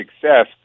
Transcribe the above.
success